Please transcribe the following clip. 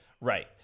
Right